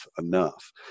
enough